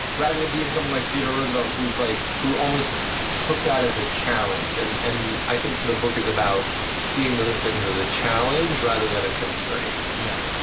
rather than being someone like theodore roosevelt who was like who always took that as a challenge and and i think the book is about seeing those things as a challenge rather than a constraint yeah.